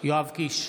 יואב קיש,